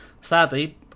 sadly